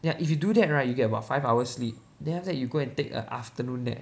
ya if you do that right you get about five hours sleep then after that you go and take an afternoon nap